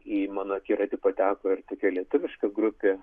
į mano akiratį pateko ir tokia lietuviška grupė